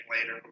later